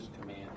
command